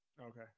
Okay